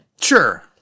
Sure